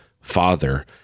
father